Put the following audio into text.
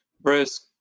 brisk